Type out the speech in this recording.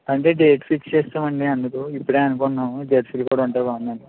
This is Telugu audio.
అంటే డేట్స్ ఇచ్చేస్తాం అండి అందుకు ఇప్పుడే అనుకున్నాము జెర్సీలు కూడా ఉంటే బాగుండు అని